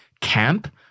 camp